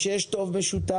ושיש טוב משותף,